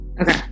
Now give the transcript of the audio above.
okay